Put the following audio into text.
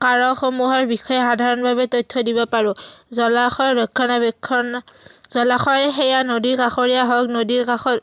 কাৰকসমূহৰ বিষয়ে সাধাৰণভাৱে তথ্য দিব পাৰোঁ জলাশয়ৰ ৰক্ষণাবেক্ষণ জলাশয়ৰ সেয়া নদীৰ কাষৰীয়া হওক নদীৰ কাষৰ